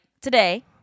today